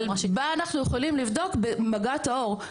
אבל, מה אנחנו יכולים לבדוק במגע טהור.